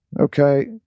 okay